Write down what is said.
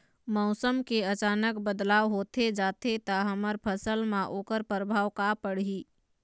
मौसम के अचानक बदलाव होथे जाथे ता हमर फसल मा ओकर परभाव का पढ़ी?